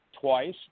twice